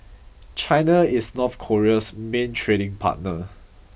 China is North Korea's main trading partner